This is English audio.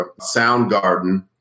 Soundgarden